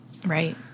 Right